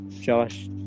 Josh